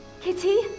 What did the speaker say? Kitty